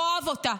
תאהב אותה,